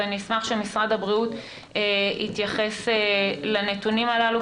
אז אשמח שמשרד הבריאות יתייחס לנתונים הללו,